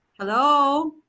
hello